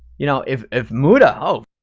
you know, if if muta, oh, f-ck,